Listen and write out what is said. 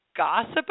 Gossip